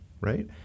right